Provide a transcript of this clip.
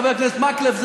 חבר הכנסת מקלב,